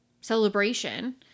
celebration